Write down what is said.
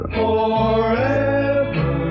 forever